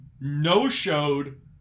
no-showed